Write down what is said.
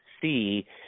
see